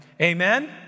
Amen